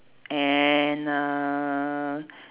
and err